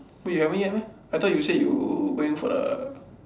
wait you haven't yet meh I thought you said you going for the